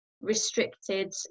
restricted